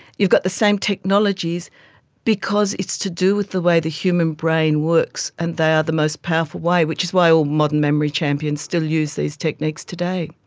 you've got the same technologies because it's to do with the way the human brain works and they are the most powerful way, which is why all modern memory champions still use these techniques today.